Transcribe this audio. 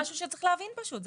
זה משהו שצריך להבין פשוט,